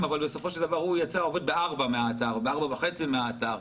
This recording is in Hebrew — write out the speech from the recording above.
אבל בסופו של דבר הוא יצא ב-16:00 או 16:30 מהאתר.